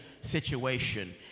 situation